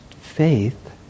faith